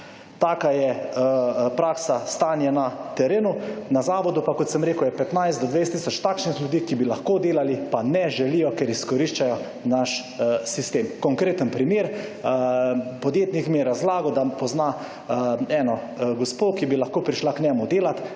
Taka je praksa, stanje na terenu. Na zavodu pa, kot sem rekel, je 15 do 20 tisoč takšnih ljudi, ki bi lahko delali, pa ne želijo, ker izkoriščajo naš sistem. Konkreten primer, podjetnik mi je razlagal da pozna eno gospo, ki bi lahko prišla k njemu delati,